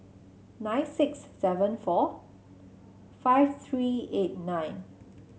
nine six seven four five three eight nine